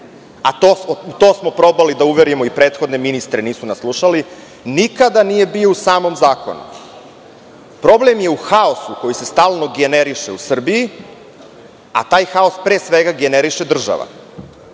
u to smo probali da uverimo i prethodne ministre, nisu nas slušali, nikada nije bio u samom zakonu. Problem je u haosu koji se stalno generiše u Srbiji, a taj haos pre svega generiše država.